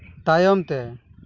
ᱛᱟᱭᱚᱢᱛᱮ